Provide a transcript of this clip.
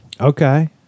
okay